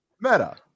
Meta